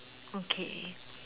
okay